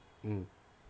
mm